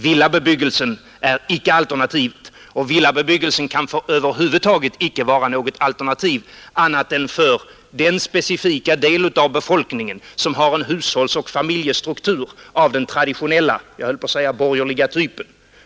Villabebyggelsen är icke alternativet, och den kan över huvud taget icke vara något alternativ utom för den specifika del av befolkningen som har en hushållsoch familjestruktur av den traditionella, jag höll på att säga borgerliga typen.